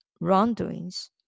wrongdoings